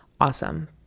awesome